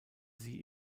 sie